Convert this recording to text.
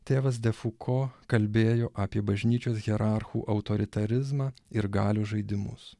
tėvas de fuko kalbėjo apie bažnyčios hierarchų autoritarizmą ir galios žaidimus